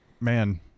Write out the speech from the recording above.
man